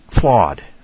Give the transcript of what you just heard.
flawed